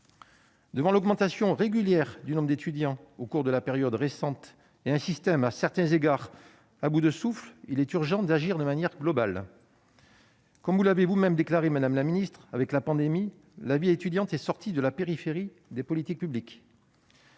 Devant l'augmentation régulière du nombre d'étudiants au cours de la période récente, et face à un système qui est, à certains égards, à bout de souffle, il est urgent d'agir de manière globale. Comme vous l'avez vous-même déclaré, madame la ministre, avec la pandémie, la vie étudiante est sortie de la périphérie des politiques publiques.